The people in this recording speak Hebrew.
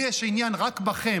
לי יש עניין רק בכם,